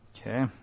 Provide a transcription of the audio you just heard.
Okay